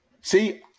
See